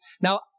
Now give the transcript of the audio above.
Now